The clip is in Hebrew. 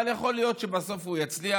אבל יכול להיות שבסוף הוא יצליח,